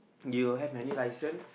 you have any license